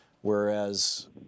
Whereas